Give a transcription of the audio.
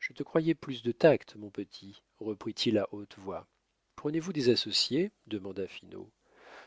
je te croyais plus de tact mon petit reprit-il à haute voix prenez-vous des associés demanda finot